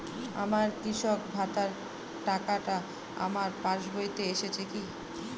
আমার কৃষক ভাতার টাকাটা আমার পাসবইতে এসেছে কি?